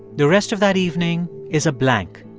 the rest of that evening is a blank.